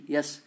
Yes